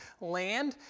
land